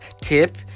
tip